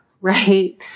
Right